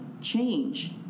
change